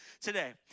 today